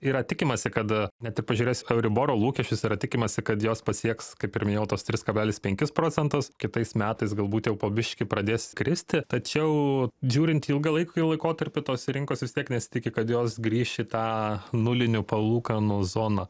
yra tikimasi kad net ir pažiūrėjus euriboro lūkesčius yra tikimasi kad jos pasieks kaip ir minėjau tuos tris kablelis penkis procentus kitais metais galbūt jau po biškį pradės kristi tačiau žiūrint į ilgalaikį laikotarpį tos rinkos vis tiek nesitiki kad jos grįš į tą nulinių palūkanų zoną